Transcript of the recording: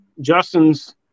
Justin's